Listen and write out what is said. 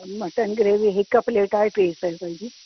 mutton gravy हिकु plate आहे टीं सएं रुपये जी